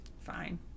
Fine